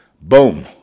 boom